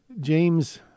James